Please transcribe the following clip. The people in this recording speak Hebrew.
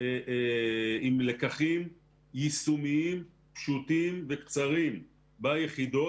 עם לקחים יישומיים פשוטים וקצרים ביחידות